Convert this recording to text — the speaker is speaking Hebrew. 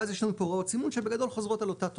ואז ישנם פה הוראות סימון שבגדול חוזרות על אותה תורה.